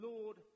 Lord